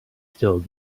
still